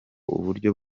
uburyo